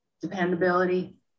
dependability